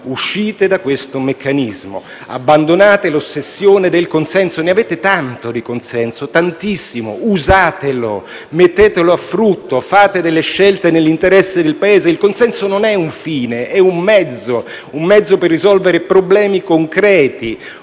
uscite da questo meccanismo e abbandonate l'ossessione del consenso. Ne avete tanto di consenso, tantissimo; usatelo e mettetelo a frutto, fate delle scelte nell'interesse del Paese! Il consenso non è un fine, è un mezzo per risolvere problemi concreti.